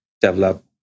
develop